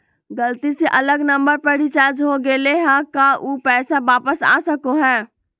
गलती से अलग नंबर पर रिचार्ज हो गेलै है का ऊ पैसा वापस आ सको है?